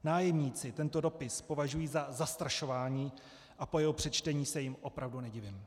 Nájemníci tento dopis považují za zastrašování a po jeho přečtení se jim opravdu nedivím.